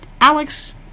Alex